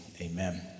amen